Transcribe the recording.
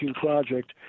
Project